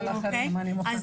אבל אחריהם, אני מוכנה.